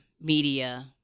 media